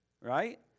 right